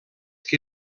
que